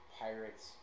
Pirates